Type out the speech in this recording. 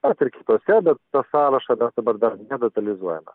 vat ir kitose bet to sąrašo dar dabar dar nedetalizuojame